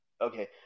okay